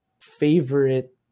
favorite